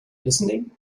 listening